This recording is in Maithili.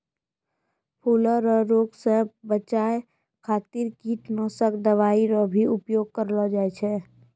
फूलो रो रोग से बचाय खातीर कीटनाशक दवाई रो भी उपयोग करलो जाय छै